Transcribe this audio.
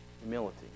Humility